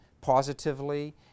positively